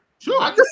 Sure